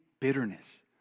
Bitterness